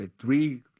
three